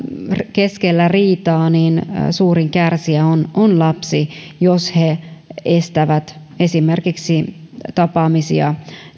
keskellä riitaa suurin kärsijä on on lapsi jos he esimerkiksi estävät tapaamisia